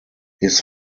his